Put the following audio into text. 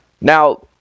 Now